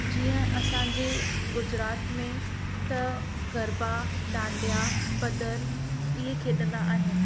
जीअं असां जे गुजरात में त गरबा डांडिया पदर इहे खेॾंदा आहिनि